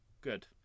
Good